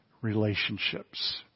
relationships